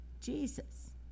jesus